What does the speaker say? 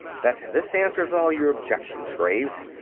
that this answers all your objections, graves.